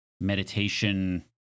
meditation